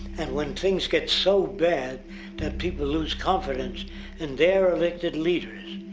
and when things get so bad that people lose confidence in their elected leaders,